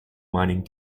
mining